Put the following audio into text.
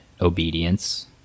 obedience